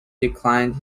declined